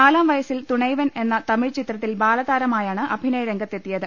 നാലാം വയസ്സിൽ തുണൈ വൻ എന്ന തമിഴ് ചിത്രത്തിൽ ബാലതാരമായാണ് അഭിനയ രംഗത്തെത്തിയത്